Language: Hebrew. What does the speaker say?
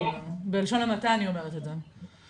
בלשון המעטה אני אומרת את זה.